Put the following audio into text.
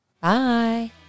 Bye